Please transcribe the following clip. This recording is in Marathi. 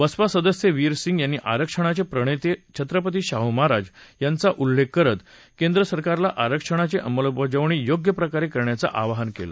बसपा सदस्य वीर सिंग यांनी आरक्षणाचे प्रणेते छत्रपती शाहू महाराज यांचा उल्लेख करत केंद्रसरकारला आरक्षणाची अंमलबजावणी योग्य प्रकारे करण्याच आवाहन केलं